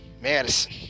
Madison